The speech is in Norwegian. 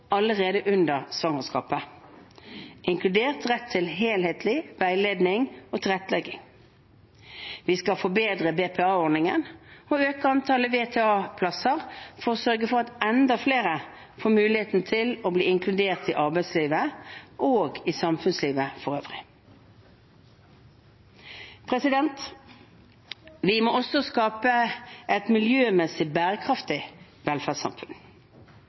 allerede under svangerskapet, inkludert rett til helhetlig veiledning og tilrettelegging. Vi skal forbedre BPA-ordningen og øke antallet VTA-plasser for å sørge for at enda flere får muligheten til å bli inkludert i arbeidslivet og i samfunnslivet for øvrig. Vi må også skape et miljømessig bærekraftig velferdssamfunn.